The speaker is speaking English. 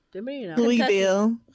Louisville